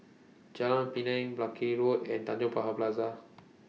Jalan Pinang Buckley Road and Tanjong Pagar Plaza